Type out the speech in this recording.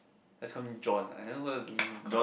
lets call him John don't don't call him